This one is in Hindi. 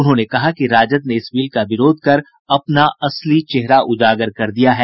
उन्होंने कहा कि राजद ने इस बिल का विरोध कर अपना असली चेहरा उजागर कर दिया है